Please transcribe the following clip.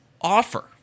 offer